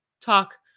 talk